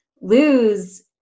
lose